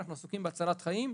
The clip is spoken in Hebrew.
אנחנו עסוקים בהצלת חיים.